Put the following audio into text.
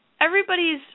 everybody's